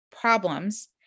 problems